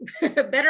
better